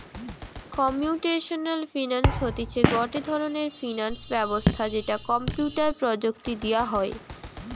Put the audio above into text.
computational finance হতিছে গটে ধরণের ফিনান্স ব্যবস্থা যেটো কম্পিউটার প্রযুক্তি দিয়া হই